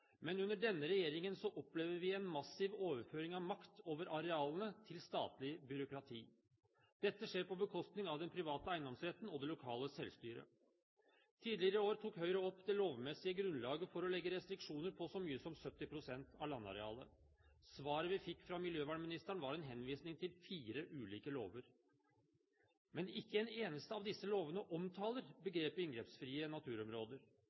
men under denne regjeringen opplever vi en massiv overføring av makt over arealene til statlig byråkrati. Dette skjer på bekostning av den private eiendomsretten og det lokale selvstyret. Tidligere i år tok Høyre opp det lovmessige grunnlaget for å legge restriksjoner på så mye som 70 pst. av landarealet. Svaret vi fikk fra miljøvernministeren, var en henvisning til fire ulike lover. Men ikke en eneste av disse lovene omtaler begrepet «inngrepsfrie naturområder».